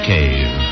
Cave